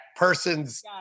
person's